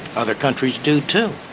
other countries do, too.